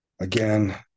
Again